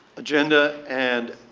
agenda and